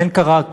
אין כאן רק